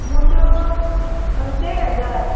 मोट्यो देड हजार